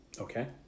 okay